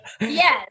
yes